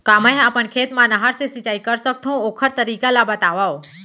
का मै ह अपन खेत मा नहर से सिंचाई कर सकथो, ओखर तरीका ला बतावव?